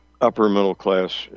upper-middle-class